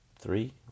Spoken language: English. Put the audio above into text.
three